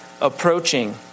approaching